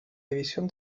división